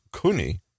kuni